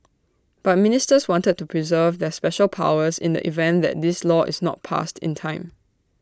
but ministers wanted to preserve their special powers in the event that this law is not passed in time